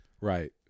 Right